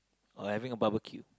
or having a barbeque